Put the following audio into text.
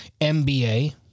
MBA